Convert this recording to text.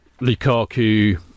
Lukaku